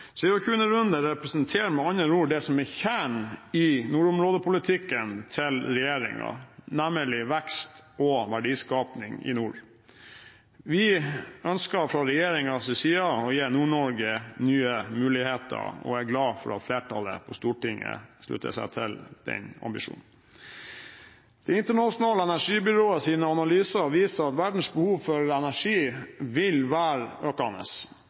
representerer med andre ord det som er kjernen i nordområdepolitikken til regjeringen, nemlig vekst og verdiskaping i nord. Vi ønsker fra regjeringens side å gi Nord-Norge nye muligheter, og jeg er glad for at flertallet på Stortinget slutter seg til den ambisjonen. Det internasjonale energibyråets analyser viser at verdens behov for energi vil være